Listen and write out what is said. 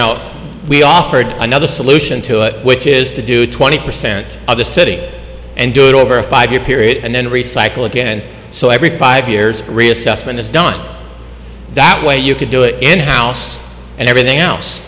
know we offered another solution to it which is to do twenty percent of the city and do a five year period and then recycle again so every five years reassessment is done that way you could do it in house and everything else